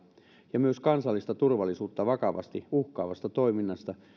ja myös kansallista turvallisuutta vakavasti uhkaavasta toiminnasta